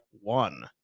one